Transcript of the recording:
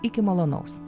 iki malonaus